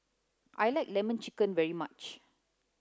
I like lemon chicken very much